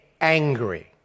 angry